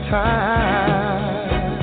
time